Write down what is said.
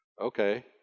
okay